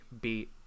beat